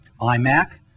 iMac